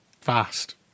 fast